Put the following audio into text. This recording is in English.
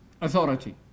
authority